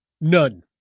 None